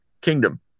kingdom